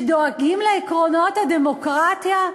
שדואגים לעקרונות הדמוקרטיה?